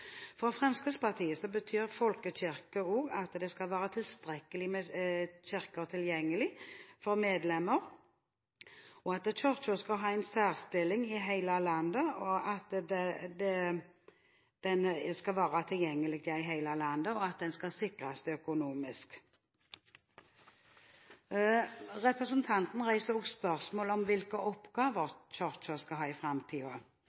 For Fremskrittspartiet betyr begrepet «folkekirke» også at det skal være tilstrekkelig med kirker tilgjengelig for medlemmer, at Kirken skal ha en særstilling i hele landet, og at Kirken skal sikres økonomisk. Representanten reiser også spørsmål om hvilke oppgaver Kirken skal ha i framtiden. Det oppnevnte Stålsett-utvalget har i den framlagte utredningen om tros- og livssynspolitikk kommet med forslag om